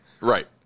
right